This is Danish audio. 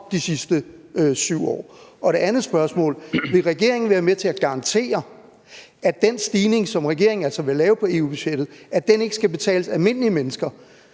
de sidste 7 år. Det andet spørgsmål er: Vil regeringen være med til at garantere, at den stigning, som regeringen altså vil lave på EU-budgettet, ikke skal betales af almindelige mennesker?